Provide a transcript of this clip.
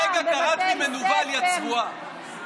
הרגע קראת לי מנוול, יא צבועה.